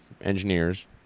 engineers